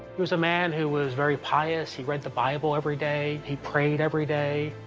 he was a man who was very pious. he read the bible every day, he prayed every day.